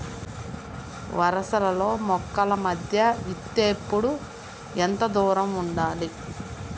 వరసలలో మొక్కల మధ్య విత్తేప్పుడు ఎంతదూరం ఉండాలి?